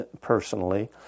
personally